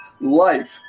life